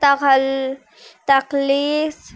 تخل تخلیص